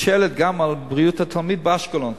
היא שואלת גם על בריאות התלמיד באשקלון.